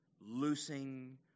loosing